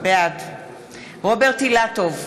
בעד רוברט אילטוב,